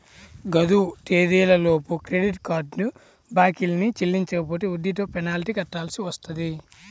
గడువు తేదీలలోపు credit card బకాయిల్ని చెల్లించకపోతే వడ్డీతో పెనాల్టీ కట్టాల్సి వత్తది